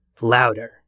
louder